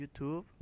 Youtube